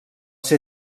ser